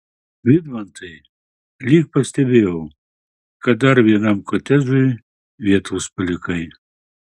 vidmantai lyg pastebėjau kad dar vienam kotedžui vietos palikai